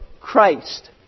Christ